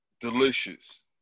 Delicious